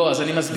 לא, אז אני מסביר.